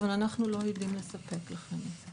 אבל אנחנו לא יודעים לספק לכם את זה.